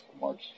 March